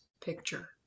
picture